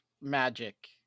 magic